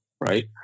right